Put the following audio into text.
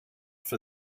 for